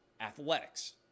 athletics